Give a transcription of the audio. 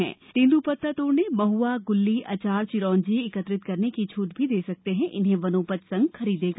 इसी तरह तेंदूपत्ता तोडने महुआ गुल्ली अचार चिरोंजी एकत्रित करने की छूट भी दे रहे हैं इन्हें वनोपज संघ खरीदेगा